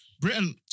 Britain